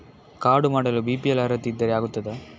Card ಮಾಡಲು BPL ಅರ್ಹತೆ ಇದ್ದರೆ ಆಗುತ್ತದ?